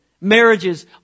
marriages